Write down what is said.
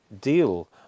deal